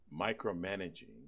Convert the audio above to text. micromanaging